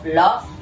love